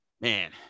Man